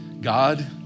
God